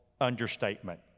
understatement